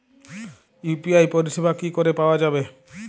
UPI পরিষেবা কি করে পাওয়া যাবে?